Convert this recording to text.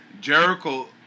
Jericho